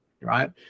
right